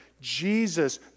Jesus